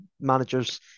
managers